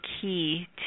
key